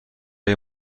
اگر